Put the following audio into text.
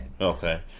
Okay